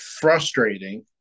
frustrating